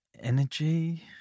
energy